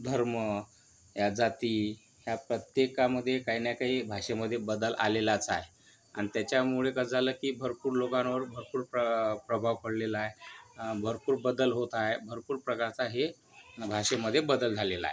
धर्म या जाती या प्रत्येकामध्ये काही ना काही या भाषेमध्ये बदल आलेलाच आहे आणि त्याच्यामुळे कसं झालं की भरपूर लोकांवर भरपूर प्र प्रभाव पडलेला आहे भरपूर बदल होत आहे भरपूर प्रकारचा हे भाषेमध्ये बदल झालेला आहे